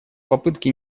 попытки